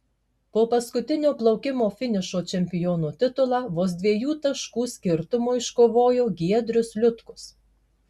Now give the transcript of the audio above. po paskutinio plaukimo finišo čempiono titulą vos dviejų taškų skirtumu iškovojo giedrius liutkus